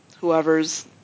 whoever's